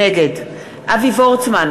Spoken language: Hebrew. נגד אבי וורצמן,